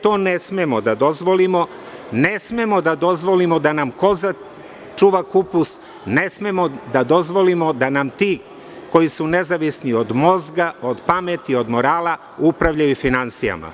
To ne smemo da dozvolimo, ne smemo da dozvolimo da nam koza čuva kupus, ne smemo da dozvolimo da nam ti koji su nezavisni od mozga, od pameti, od morala upravljaju finansijama.